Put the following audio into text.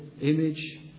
image